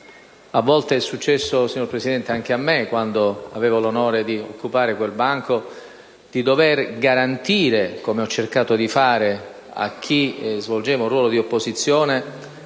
A volte è successo anche a me, signora Presidente, quando avevo l'onore di occupare quel banco, di dover garantire, come ho cercato di fare, a chi svolgeva un ruolo di opposizione